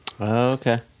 Okay